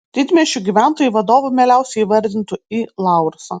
didmiesčių gyventojai vadovu mieliausiai įvardintų i laursą